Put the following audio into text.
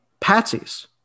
patsies